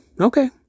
okay